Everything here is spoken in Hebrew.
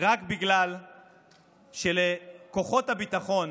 רק בגלל שלכוחות הביטחון